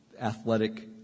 athletic